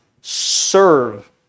serve